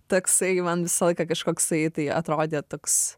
toksai man visą laiką kažkoksai tai atrodė toks